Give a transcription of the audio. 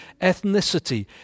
ethnicity